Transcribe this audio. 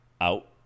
out